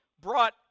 brought